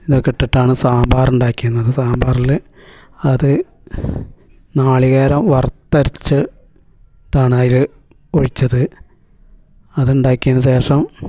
ഇതൊക്കെ ഇട്ടിട്ടാണ് സാമ്പാർ ഉണ്ടാക്കിയിരുന്നത് സാമ്പാറിൽ അത് നാളികേരം വറുത്തരച്ചിട്ടാണ് അതിൽ ഒഴിച്ചത് അത് ഉണ്ടാക്കിയതിനു ശേഷം